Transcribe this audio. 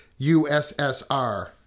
USSR